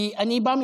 אני בא משם,